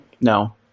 No